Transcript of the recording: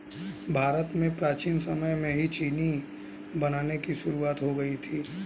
भारत में प्राचीन समय में ही चीनी बनाने की शुरुआत हो गयी थी